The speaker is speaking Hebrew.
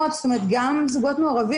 ללכת לקונסוליה,